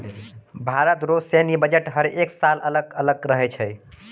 भारत रो सैन्य बजट हर एक साल अलग अलग रहै छै